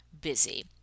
busy